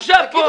עכשיו, פה.